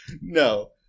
no